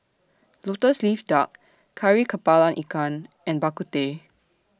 Lotus Leaf Duck Kari Kepala Ikan and Bak Kut Teh